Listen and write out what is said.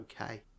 okay